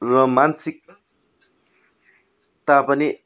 र मानसिकता पनि